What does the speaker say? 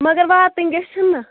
مگر واتٕنۍ گَژھن نا